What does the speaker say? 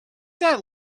that